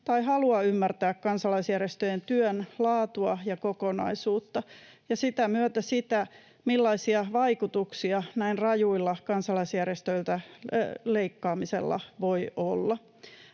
tai halua ymmärtää kansalaisjärjestöjen työn laatua ja kokonaisuutta ja sitä myötä sitä, millaisia vaikutuksia näin rajulla kansalaisjärjestöiltä leikkaamisella voi olla.